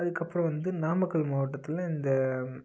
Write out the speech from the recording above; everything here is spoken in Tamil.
அதுக்கு அப்புறம் வந்து நாமக்கல் மாவட்டத்தில் இந்த